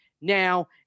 now